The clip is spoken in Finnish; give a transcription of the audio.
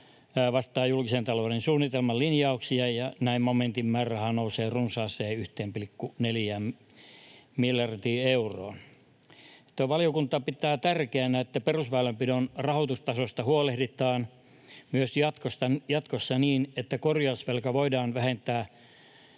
vastaa julkisen talouden suunnitelman linjauksia, ja näin momentin määräraha nousee runsaaseen 1,4 miljardiin euroon. Valiokunta pitää tärkeänä, että perusväylänpidon rahoitustasosta huolehditaan myös jatkossa niin, että korjausvelkaa voidaan vähentää